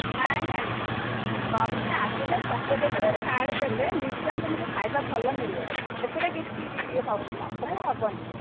ନାଇଁ ନାଇଁ ତୁମେ ଆସିଲେ ସ୍ୱାସ୍ଥ୍ୟକେନ୍ଦ୍ରରେ କାର୍ଡ୍ ଦେଲେ ନିଶ୍ଚୟ ତୁମକୁ ଖାଇବା ଭଲ ମିଳିବ ସେଥିରେ କିଛି ହବନି